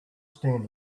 standing